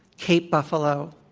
cape buffalo,